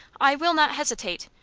i will not hesitate.